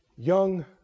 Young